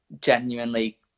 genuinely